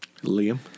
Liam